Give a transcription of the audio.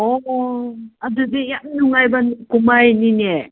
ꯑꯣ ꯑꯗꯨꯗꯤ ꯌꯥꯝ ꯅꯨꯡꯉꯥꯏꯕ ꯀꯨꯝꯍꯩꯅꯤꯅꯦ